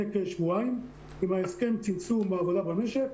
כשבועיים עם ההסכם צמצום בעבודה במשק,